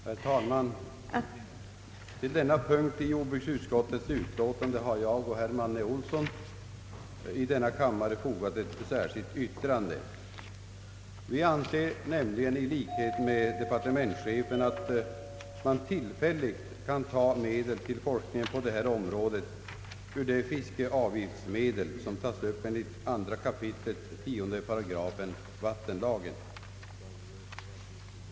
Herr talman! Vid denna punkt i jordbruksutskottets utlåtande har jag och herr Manne Olsson i denna kammare fogat ett särskilt yttrande. Vi anser nämligen i likhet med departementschefen att man tillfälligt kan ta medel till forskningen på detta område ur de fiskeavgiftsmedel som tas upp enligt 2 kap. 10 § vattenlagen.